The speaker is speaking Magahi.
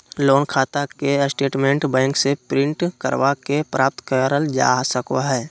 लोन खाता के स्टेटमेंट बैंक से प्रिंट करवा के प्राप्त करल जा सको हय